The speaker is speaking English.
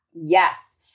Yes